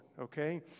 okay